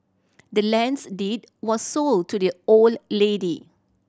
the land's deed was sold to the old lady